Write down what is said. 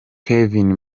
kevin